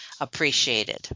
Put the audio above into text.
appreciated